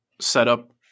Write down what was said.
setup